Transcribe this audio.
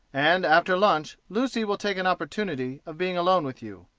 and after lunch lucy will take an opportunity of being alone with you.